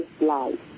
life